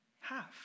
Half